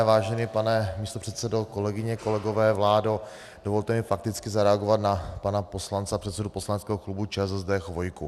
Vážený pane místopředsedo, kolegyně, kolegové, vládo, dovolte mi fakticky zareagovat na pana poslance a předsedu poslaneckého klubu ČSSD Chvojku.